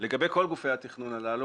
לגבי כל גופי התכנון הללו,